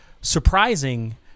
surprising